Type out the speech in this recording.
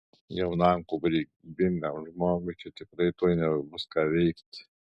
jaunam kūrybingam žmogui čia tikrai tuoj nebebus ką veikti